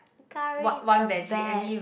curry is the best